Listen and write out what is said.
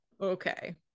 okay